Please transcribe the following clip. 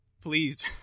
please